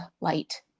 light